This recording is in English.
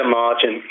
margin